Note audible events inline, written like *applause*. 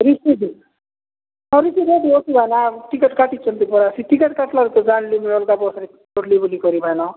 receive ହଁ receive *unintelligible* ନା ଆ ଟିକେଟ୍ କାଟିିଛନ୍ତି ପରା ଟିକେଟ୍ କଟିଲାରୁ ତ ଜାଣିଲିି ମୁଁ ଅଲଗା ବସ୍ରେ ଉଠଲି ବୋଲି କରି ଭାଇନ